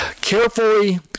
Carefully